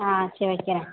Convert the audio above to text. ஆ சரி வைக்கிறேன்